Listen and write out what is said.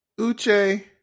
Uche